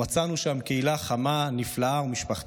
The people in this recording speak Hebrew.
מצאנו שם קהילה חמה, נפלאה ומשפחתית.